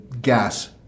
gas